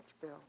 Bill